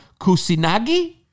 Kusinagi